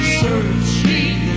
searching